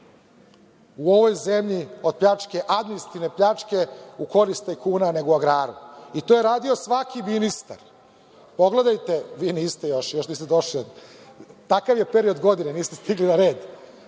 u ovoj zemlji od pljačke, administrativne pljačke u korist tajkuna, nego u agraru. I, to je radio svaki ministar. Pogledajte, vi još niste došli, takav je period godine, niste stigli na